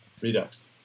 Redux